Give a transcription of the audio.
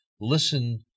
listen